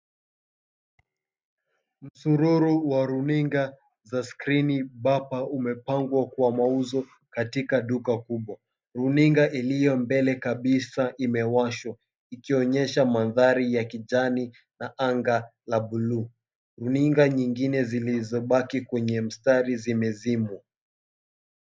Msururu wa runinga za skrini bapa umepangwa kuwa mauzo katika duka kubwa. Runinga iliyo mbele kabisa imewashwa, ikionyesha mandhari ya kijani na anga la buluu. Runinga nyingine zilizobaki kwenye mstari zimezimwa.